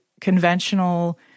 conventional